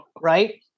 Right